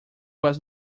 was